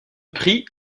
prix